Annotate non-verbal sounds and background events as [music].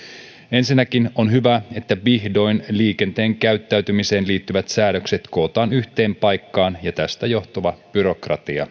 ensinnäkin on hyvä että liikenteen käyttäytymiseen liittyvät säädökset kootaan vihdoin yhteen paikkaan ja tästä johtuva byrokratia [unintelligible]